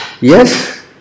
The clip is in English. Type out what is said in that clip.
yes